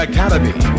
Academy